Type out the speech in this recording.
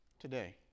today